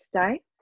today